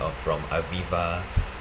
or from aviva